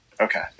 Okay